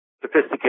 sophisticated